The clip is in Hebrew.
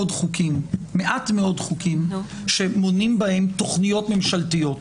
חוקים שמונים בהם תוכניות ממשלתיות,